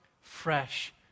fresh